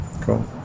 Cool